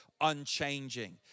unchanging